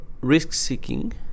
risk-seeking